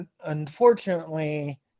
unfortunately